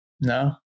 no